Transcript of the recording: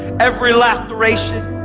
every laceration,